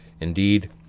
Indeed